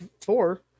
four